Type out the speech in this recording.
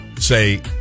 say